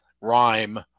rhyme